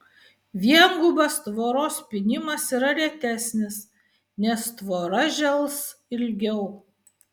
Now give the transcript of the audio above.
viengubas tvoros pynimas yra retesnis nes tvora žels ilgiau